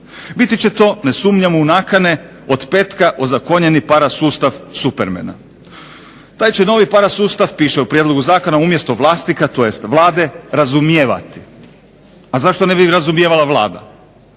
Biti će to, ne sumnjam u nakane od petka ozakonjeni parasustav Supermena. Taj će novi parasustav, piše u prijedlogu zakona umjesto Vlasnika tj. Vlade razumijevati. A zašto ne bi razumijevala Vlada?